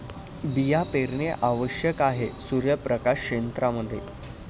बिया पेरणे आवश्यक आहे सूर्यप्रकाश क्षेत्रां मध्ये